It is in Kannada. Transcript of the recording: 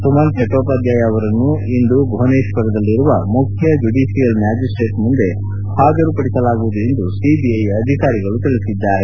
ಸುಮನ್ ಚಟ್ಟೋಪಾಧ್ಯಾಯ ಅವರನ್ನು ಇಂದು ಭುವನೇಶ್ವರದಲ್ಲಿರುವ ಮುಖ್ಯ ಜ್ಕುಡಿಷಿಯಲ್ ಮ್ಯಾಜಿಸ್ಟೇಟ್ ಮುಂದೆ ಪಾಜರುಪಡಿಸಲಾಗುವುದು ಎಂದು ಸಿಬಿಐ ಅಧಿಕಾರಿಗಳು ತಿಳಿಸಿದ್ದಾರೆ